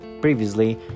previously